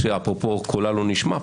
שאפרופו קולה לא נשמע פה.